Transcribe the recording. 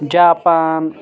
Japan